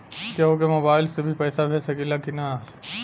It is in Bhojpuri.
केहू के मोवाईल से भी पैसा भेज सकीला की ना?